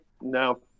no